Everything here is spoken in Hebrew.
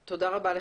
תודה רבה לך.